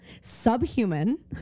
Subhuman